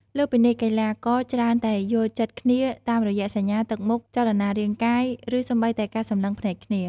លើសពីនេះ កីឡាករច្រើនតែយល់ចិត្តគ្នាតាមរយៈសញ្ញា ទឹកមុខ ចលនារាងកាយ ឬសូម្បីតែការសម្លឹងភ្នែកគ្នា។